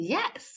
Yes